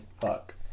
fuck